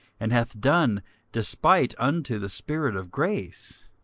and hath done despite unto the spirit of grace?